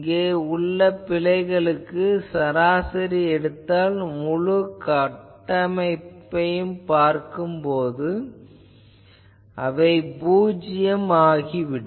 இங்கே உள்ள பிழைகளுக்கு சராசரி எடுத்தால் முழு கட்டமைப்புக்கும் பார்க்கும் போது அவை பூஜ்யம் ஆகிவிடும்